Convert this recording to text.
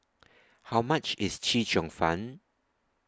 How much IS Chee Cheong Fun